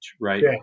right